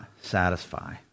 satisfy